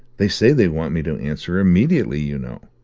they say they want me to answer immediately, you know.